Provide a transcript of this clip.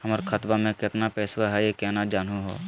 हमर खतवा मे केतना पैसवा हई, केना जानहु हो?